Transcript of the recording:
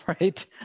right